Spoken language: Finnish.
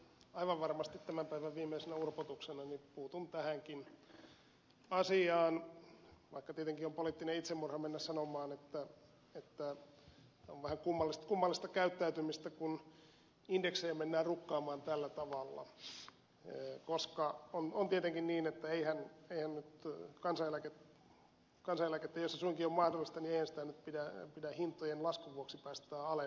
aivan varmasti tämän päivän viimeisenä urputuksena puutun tähänkin asiaan vaikka tietenkin on poliittinen itsemurha mennä sanomaan että on vähän kummallista käyttäytymistä kun indeksejä mennään rukkaamaan tällä tavalla koska on tietenkin niin että eihän nyt kansaneläkettä jos se suinkin on mahdollista pidä hintojen laskun vuoksi päästää alenemaan